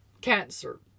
cancer